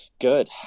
Good